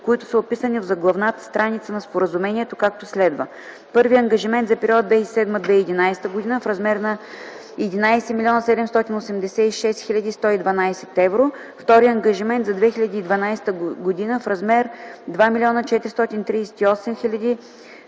които са описани в заглавната страница на споразумението, както следва: Първи ангажимент (за периода 2007-2011 г.) в размер 11 млн. 786 хил. 112 евро; Втори ангажимент (за 2012) в размер 2 млн. 438 хил.